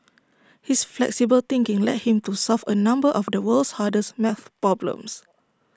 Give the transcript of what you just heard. his flexible thinking led him to solve A number of the world's hardest math problems